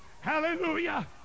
Hallelujah